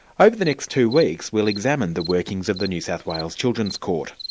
over the next two weeks we'll examine the workings of the new south wales children's court.